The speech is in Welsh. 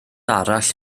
arall